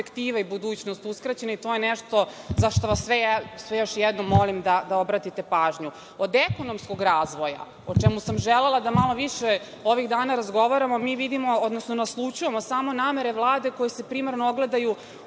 i budućnost uskraćena i to je nešto za šta vas sve još jednom molim da obratite pažnju. Od ekonomskog razvoja, o čemu sam želela da malo više ovih dana razgovaramo, mi vidimo, odnosno naslućujemo samo namere Vlade koje se primarno ogledaju